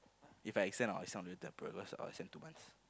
If I extend I will extend until because I will extend two months